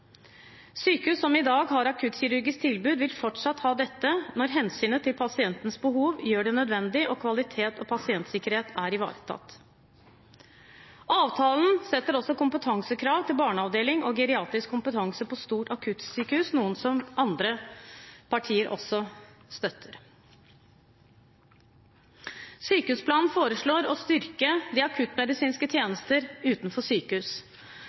Sykehus som i dag har akuttkirurgisk tilbud, vil fortsatt ha dette når hensynet til pasientens behov gjør det nødvendig, og kvalitet og pasientsikkerhet er ivaretatt. Avtalen setter også kompetansekrav til barneavdeling og krav til geriatrisk kompetanse på store akuttsykehus, noe andre partier også støtter. Sykehusplanen foreslår å styrke de akuttmedisinske tjenester utenfor sykehus,